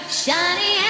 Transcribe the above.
shiny